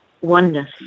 oneness